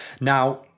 Now